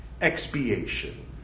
Expiation